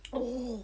oh